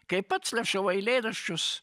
kai pats rašau eilėraščius